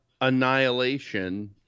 Annihilation